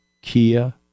Kia